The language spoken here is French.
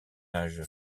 âge